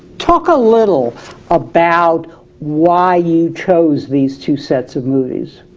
talk a little about why you chose these two sets of movies